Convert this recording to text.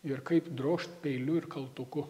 ir kaip drožt peiliu ir kaltuku